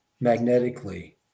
magnetically